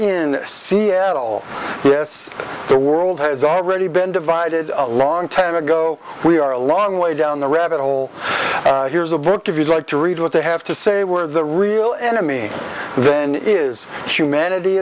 in seattle yes the world has already been divided a long time ago we are a long way down the rabbit hole years of work if you'd like to read what they have to say were the real enemy then is humanity